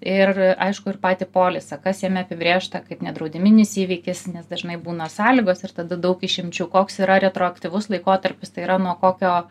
ir aišku ir patį polisą kas jame apibrėžta kaip nedraudiminis įvykis nes dažnai būna sąlygos ir tada daug išimčių koks yra retroaktyvus laikotarpis tai yra nuo kokio